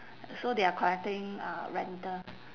so they are collecting uh rental